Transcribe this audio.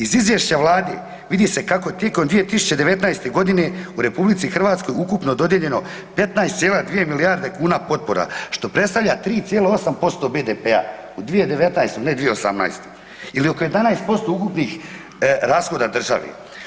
Iz izvješća Vlade vidi se kako tijekom 2019. godine u RH ukupno dodijeljeno 15,2 milijarde kuna potpora što predstavlja 3,8% BDP-a, u 2019.-toj ne 2018.-toj ili oko 11% ukupnih rashoda države.